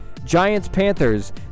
Giants-Panthers